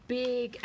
big